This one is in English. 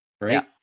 Right